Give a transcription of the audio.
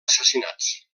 assassinats